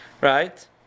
Right